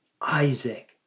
Isaac